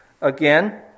again